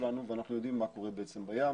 שלנו אנחנו יודעים מה קורה בעצם בים,